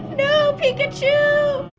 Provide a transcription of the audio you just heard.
no, pikachu!